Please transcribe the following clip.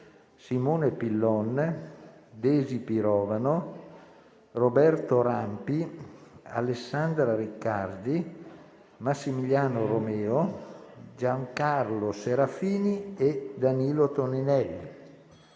Simone Pillon, Daisy Pirovano, Roberto Rampi, Alessandra Riccardi, Massimiliano Romeo, Giancarlo Serafini e Danilo Toninelli;